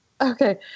Okay